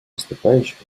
выступающего